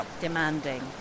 demanding